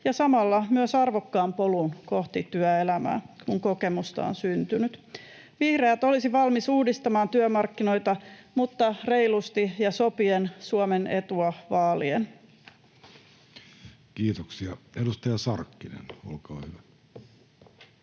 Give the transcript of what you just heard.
ja samalla myös arvokkaan polun kohti työelämää, kun kokemusta on syntynyt. Vihreät olisi valmis uudistamaan työmarkkinoita, mutta reilusti ja sopien, Suomen etua vaalien. Kiitoksia. — Edustaja Sarkkinen, olkaa hyvä.